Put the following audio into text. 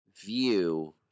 view